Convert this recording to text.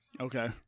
Okay